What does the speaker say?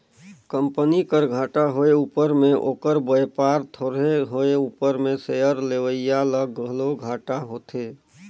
company कर घाटा होए उपर में ओकर बयपार थोरहें होए उपर में सेयर लेवईया ल घलो घाटा होथे